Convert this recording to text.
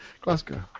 Glasgow